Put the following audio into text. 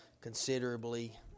considerably